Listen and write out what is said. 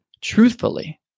truthfully